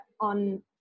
on